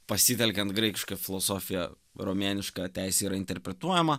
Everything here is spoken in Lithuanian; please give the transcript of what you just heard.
pasitelkian graikišką filosofiją romėniška teisė yra interpretuojama